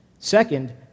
Second